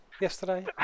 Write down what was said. yesterday